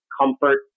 comfort